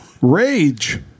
Rage